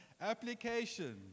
Application